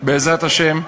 בעזרת השם,